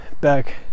back